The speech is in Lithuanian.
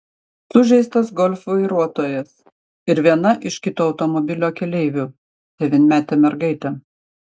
sužeistas golf vairuotojas ir viena iš kito automobilio keleivių devynmetė mergaitė